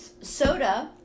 soda